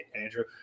Andrew